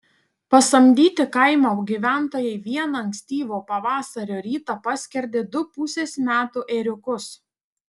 pasamdyti kaimo gyventojai vieną ankstyvo pavasario rytą paskerdė du pusės metų ėriukus